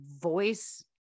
voice